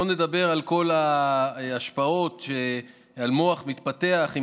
לא נדבר על כל ההשפעות על מוח מתפתח עם